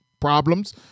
problems